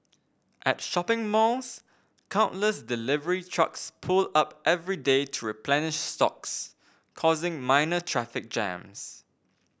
at shopping malls countless delivery trucks pull up every day to replenish stocks causing minor traffic jams